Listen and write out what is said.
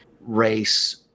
race